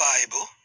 Bible